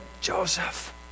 Joseph